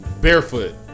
barefoot